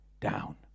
down